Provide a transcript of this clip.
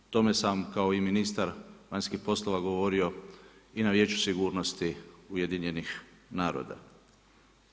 O tome sam kao ministar vanjskih poslova govorio i na vijeću sigurnosti UN-a.